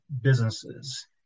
businesses